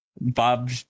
Bob